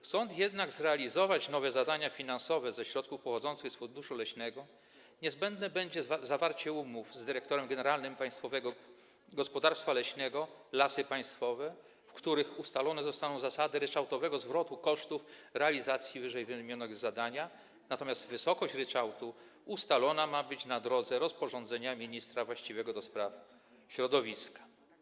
Chcąc jednak zrealizować nowe zadania finansowe ze środków pochodzących z funduszu leśnego, niezbędne będzie zawarcie umów z dyrektorem generalnym Państwowego Gospodarstwa Leśnego Lasy Państwowe, w których zostaną ustalone zasady ryczałtowego zwrotu kosztów realizacji ww. zadania, natomiast wysokość ryczałtu ma być ustalona w drodze rozporządzenia ministra właściwego do spraw środowiska.